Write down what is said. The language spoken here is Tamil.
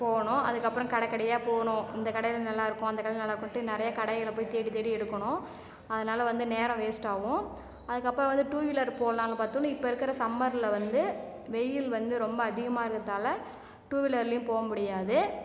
போகணும் அதுக்கப்பறம் கடக்கடையா போகணும் இந்த கடையில நல்லா இருக்கும் அந்த கடையில் நல்லாருக்குன்ட்டு நிறையா கடைகளை போய் தேடித்தேடி எடுக்கணும் அதனால வந்து நேரம் வேஸ்ட்டாவும் அதுக்கப்புறம் வந்து டூ வீலர் போகலான்னு பார்த்தவுனே இப்போ இருக்கிற சம்மரில் வந்து வெயில் வந்து ரொம்ப அதிகமாக இருக்கிறதால டூவீலர்லேயும் போகமுடியாது